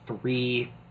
three